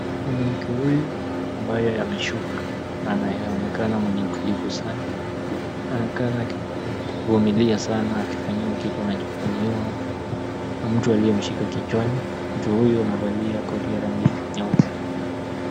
Mwanamke huyu ambaye ameshuka na anayeonekana mwenye utulivu sana anaonekana akivumilia sana akifanyiwa kitu anachofanyiwa na mtu aliyemshika kichwani. Mtu huyu amevalia koti ya rangi nyeupe.